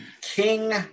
King